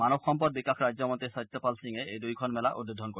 মানৱ সম্পদ বিকাশ ৰাজ্যমন্ত্ৰী সত্যপাল সিঙে এই দুয়োখন মেলা উদ্বোধন কৰিব